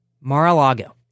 Mar-a-Lago